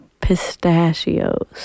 pistachios